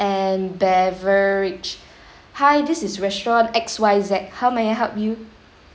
and beverage hi this is restaurant X Y Z how may I help you